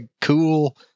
cool